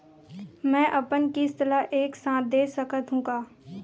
मै अपन किस्त ल एक साथ दे सकत हु का?